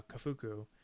Kafuku